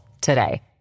today